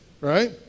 right